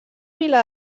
vila